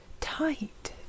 tight